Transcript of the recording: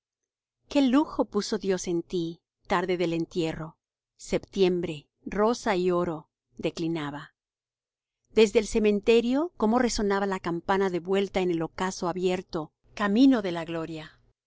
qué lujo puso dios en ti tarde del entierro septiembre rosa y oro declinaba desde el cementerio cómo resonaba la campana de vuelta en el ocaso abierto camino de la gloria